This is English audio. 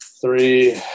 three